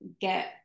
get